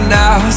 now